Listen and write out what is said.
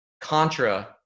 contra